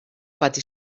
pati